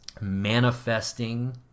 manifesting